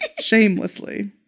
Shamelessly